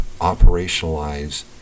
operationalize